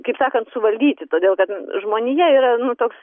kaip sakant suvaldyti todėl kad žmonija yra nu toks